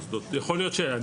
יכול להיות שיש,